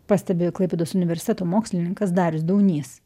pastebi klaipėdos universiteto mokslininkas darius daunys